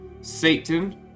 Satan